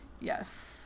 Yes